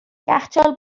یخچال